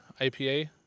IPA